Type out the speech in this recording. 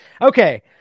Okay